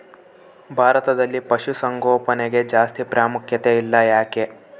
ಭಾರತದಲ್ಲಿ ಪಶುಸಾಂಗೋಪನೆಗೆ ಜಾಸ್ತಿ ಪ್ರಾಮುಖ್ಯತೆ ಇಲ್ಲ ಯಾಕೆ?